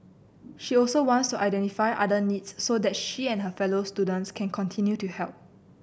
she also wants to identify other needs so that she and her fellow students can continue to help